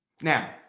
Now